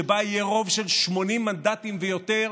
שבה יהיה רוב של 80 מנדטים ויותר,